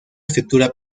estructura